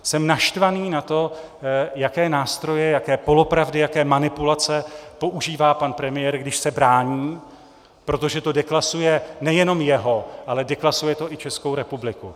Jsem naštvaný na to, jaké nástroje, jaké polopravdy, jaké manipulace používá pan premiér, když se brání, protože to deklasuje nejenom jeho, ale deklasuje to i Českou republiku.